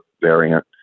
variant